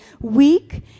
weak